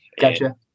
Gotcha